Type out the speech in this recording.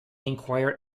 enquire